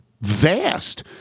vast